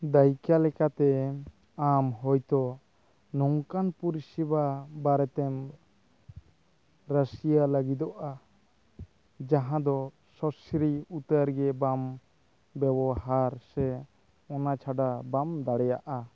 ᱫᱟᱭᱠᱟ ᱞᱮᱠᱟᱛᱮ ᱟᱢ ᱦᱳᱭᱛᱚ ᱱᱚᱝᱠᱟᱱ ᱯᱚᱨᱤᱥᱮᱵᱟ ᱵᱟᱨᱮᱛᱮᱢ ᱨᱟᱥᱤᱭᱟ ᱞᱟ ᱜᱤᱫᱚᱜᱼᱟ ᱡᱟᱦᱟᱸ ᱫᱚ ᱥᱚᱥᱨᱤ ᱩᱛᱟᱹᱨᱜᱮ ᱵᱟᱢ ᱵᱮᱵᱚᱦᱟᱨ ᱥᱮ ᱚᱱᱟ ᱪᱷᱟᱰᱟ ᱵᱟᱢ ᱫᱟᱲᱮᱭᱟᱜᱼᱟ